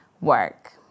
work